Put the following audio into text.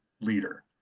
leader